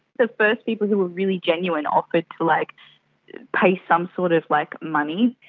the first people who were really genuine offered to like pay some sort of like money.